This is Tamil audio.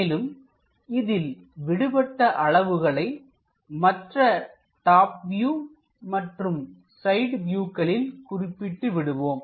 மேலும் இதில் விடுபட்ட அளவுகளை மற்ற டாப் வியூ மற்றும் சைடு வியூகளில் குறிப்பிட்டு விடுவோம்